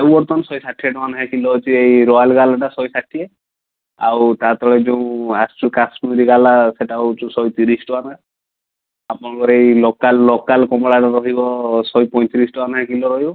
ସେଉ ବର୍ତ୍ତମାନ ଶହେ ଷାଠିଏ ଟଙ୍କା ଲେଖାଁ କିଲୋ ଅଛି ଏଇ ରୟାଲ୍ ଟା ଶହେ ଷାଠିଏ ଆଉ ତା ତଳେ ଯୋଉ ଆସୁଛୁ କାଶ୍ମିରୀ ବାଲା ସେଟା ହେଉଛୁ ଶହେ ତିରିଶ ଟଙ୍କା ଆପଣଙ୍କର ଏଇ ଲୋକାଲ୍ ଲୋକାଲ୍ କମଳା ଯୋଉ ରହିବ ଶହେ ପଇଁତିରିଶ ଲେଖାଁ ଟଙ୍କା କିଲୋ ରହିବ